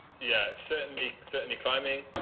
yeah, certainly certainly climbing